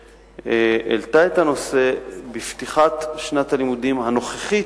שהעלתה את הנושא בפתיחת שנת הלימודים הנוכחית,